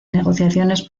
negociaciones